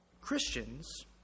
Christians